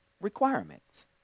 requirements